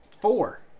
Four